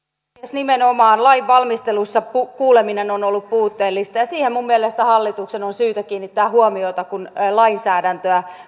nimenomaan lain valmistelussa kuuleminen on ollut puutteellista ja siihen minun mielestäni hallituksen on syytä kiinnittää huomiota kun lainsäädäntöä